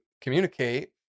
communicate